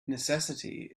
necessity